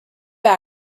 that